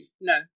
No